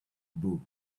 book